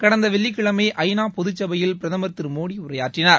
கடந்த வெள்ளிக்கிழமை ஐ நா பொதுச்சபையில் பிரதமர் திரு மோடி உரையாற்றினார்